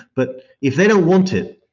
but if they don't want it,